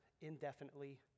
indefinitely